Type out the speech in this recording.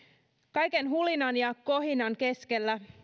kaiken hulinan ja kohinan keskellä